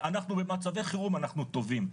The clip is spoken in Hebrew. במצבי חירום אנחנו טובים,